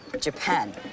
Japan